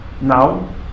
Now